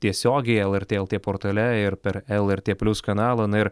tiesiogiai lrt lt portale ir per lrt plius kanalą na ir